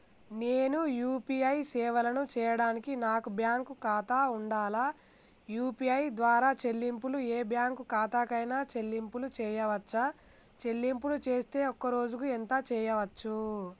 నేను యూ.పీ.ఐ సేవలను చేయడానికి నాకు బ్యాంక్ ఖాతా ఉండాలా? యూ.పీ.ఐ ద్వారా చెల్లింపులు ఏ బ్యాంక్ ఖాతా కైనా చెల్లింపులు చేయవచ్చా? చెల్లింపులు చేస్తే ఒక్క రోజుకు ఎంత చేయవచ్చు?